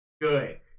good